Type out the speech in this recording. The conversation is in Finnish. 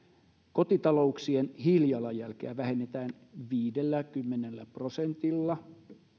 kotitalouksien hiilijalanjälkeä vähennetään viidelläkymmenellä prosentilla